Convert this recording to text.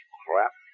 crap